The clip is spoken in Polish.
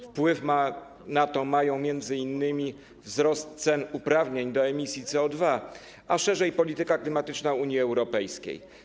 Wpływ na to mają m.in. wzrost cen uprawnień do emisji CO2, a szerzej polityka klimatyczna Unii Europejskiej.